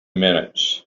minutes